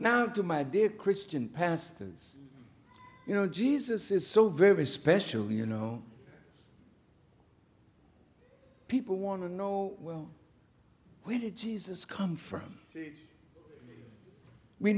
now to my dear christian pastors you know jesus is so very special you know people want to know well we did jesus come from we